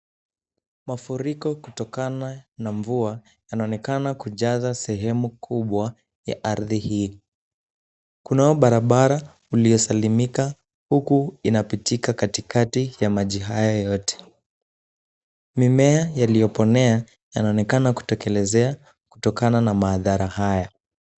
Mafuriko kutokana na mvua, yanaonekana kujaza sehemu kubwa ya ardhi hiyo. Kunayo barabara iliyosalimika huku inapita katikati ya maji hayo yote. Yaliyoponea, yanaonekana kutokelezea kutokana na madhara haya.